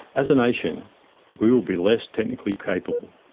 as a nation we will be less technically capable.